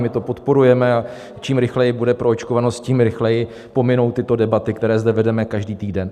My to podporujeme, a čím rychleji bude proočkovanost, tím rychleji pominou tyto debaty, které zde vedeme každý týden.